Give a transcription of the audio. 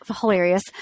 hilarious